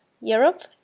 Europe